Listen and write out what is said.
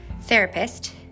therapist